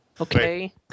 Okay